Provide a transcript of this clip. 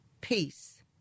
peace